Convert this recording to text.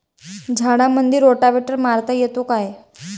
झाडामंदी रोटावेटर मारता येतो काय?